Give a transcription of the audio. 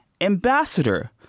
ambassador